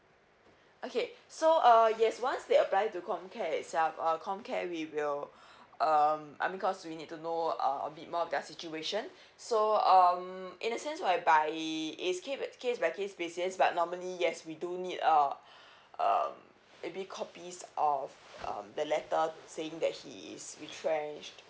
okay so uh yes once they apply to comcare itself uh comcare we will um I mean cause we need to know uh a bit more of their situation so um in a sense whereby it's case by case basis but normally yes we do need uh um maybe copies of um the letter saying that he is retrenched